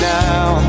now